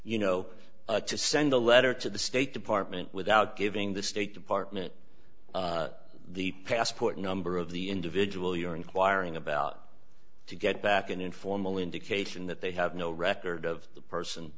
you know to send a letter to the state department without giving the state department the passport number of the individual you're inquiring about to get back an informal indication that they have no record of the person